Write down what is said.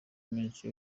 menshi